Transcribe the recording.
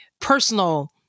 personal